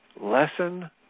Lesson